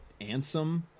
Ansem